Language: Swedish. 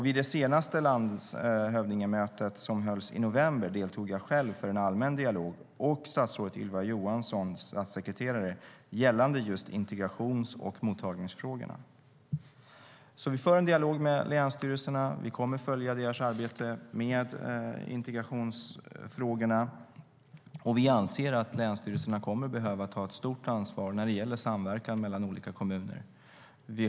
Vid det senaste landshövdingemötet som hölls i november deltog jag själv för en allmän dialog och även statsrådet Ylva Johanssons statssekreterare gällande just integrations och mottagningsfrågorna. Vi för alltså en dialog med länsstyrelserna. Vi kommer att följa deras arbete med integrationsfrågorna, och vi anser att länsstyrelserna kommer att behöva ta ett stort ansvar när det gäller samverkan mellan olika kommuner.